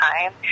time